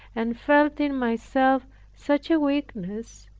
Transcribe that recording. and felt in myself such a weakness,